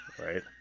Right